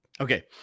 Okay